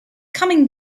coming